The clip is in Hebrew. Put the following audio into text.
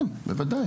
כן, בוודאי.